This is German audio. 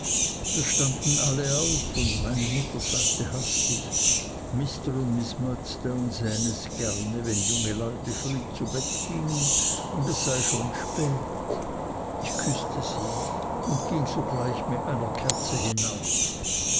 wir standen alle auf und meine mutter sagte hastig mr und miß murdstone sähen es gerne wenn junge leute früh zu bett gingen und es sei schon spät ich küßte sie und ging sogleich mit meiner kerze hinauf